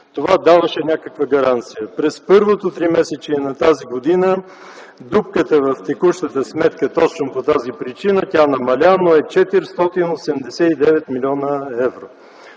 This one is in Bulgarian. Това даваше някаква гаранция. През първото тримесечие на тази година дупката в текущата сметка точно по тази причина – тя намаля, но е 489 млн. евро.